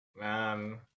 Man